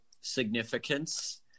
significance